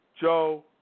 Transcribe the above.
Joe